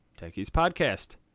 techiespodcast